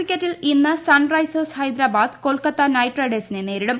ക്രിക്കറ്റിൽ ഇന്ന് Sunrisers Hyderabad Kolkata Knight റൈഡേഴ്സിനെ നേരിടും